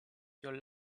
your